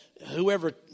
whoever